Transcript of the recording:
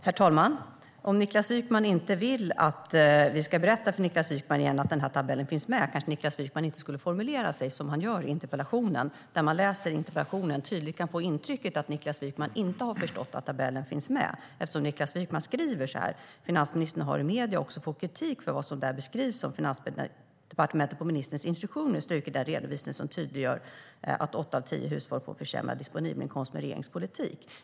Herr talman! Om Niklas Wykman inte vill att vi ska berätta för honom igen att den här tabellen finns med kanske han inte skulle formulera sig som han gör i interpellationen. När man läser interpellationen kan man tydligt få intrycket att Niklas Wykman inte har förstått att tabellen finns med eftersom han skriver: "Finansministern har i medierna också fått kritik för vad som där beskrivs som att Finansdepartementet på ministerns instruktioner strukit den redovisning som tydliggör att åtta av tio hushåll får försämrad disponibelinkomst med regeringens politik."